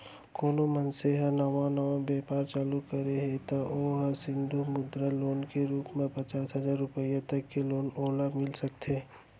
कोनो मनसे ह नवा नवा बेपार चालू करे हे त ओ ह सिसु मुद्रा लोन के रुप म पचास हजार रुपया तक के लोन ओला मिल सकथे